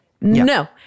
No